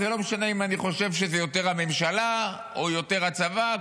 זה לא משנה אם אני חושב שזה יותר הממשלה או יותר הצבא,